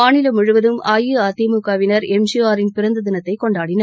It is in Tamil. மாநிலம் முழுவதும் அஇஅதிமுகவினர் எம் ஜி ஆர் யின் பிறந்த தினத்தை கொண்டாடின்